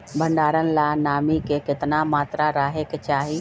भंडारण ला नामी के केतना मात्रा राहेके चाही?